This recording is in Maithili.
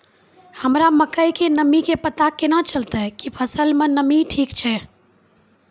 हमरा मकई के नमी के पता केना चलतै कि फसल मे नमी ठीक छै?